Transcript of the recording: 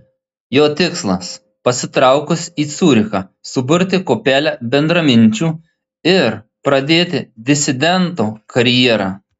jo tikslas pasitraukus į ciurichą suburti kuopelę bendraminčių ir pradėti disidento karjerą